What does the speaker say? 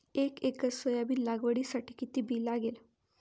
एक acre soybean लागवडीसाठी किती बी लागेल?